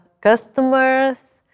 customers